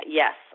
yes